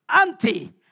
auntie